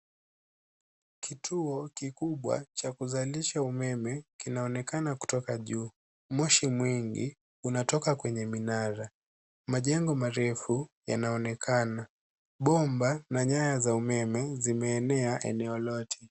Kituo kikubwa cha kuzalisha umeme kinaonekana kutoka juu. Moshi mwingi unatoka kwenye minara. Majengo marefu ya yanaonekana. Bomba na nyaya za umeme zimeenea eneo lote.